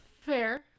Fair